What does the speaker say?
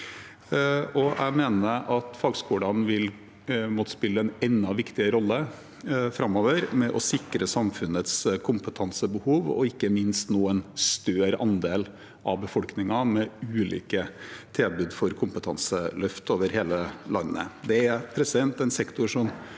Jeg mener at fagskolene framover vil måtte spille en enda viktigere rolle med å sikre samfunnets kompetansebehov og ikke minst nå en større andel av befolkningen med ulike tilbud for kompetanseløft over hele landet. Det er en sektor som